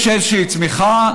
יש איזושהי צמיחה,